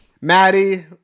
Maddie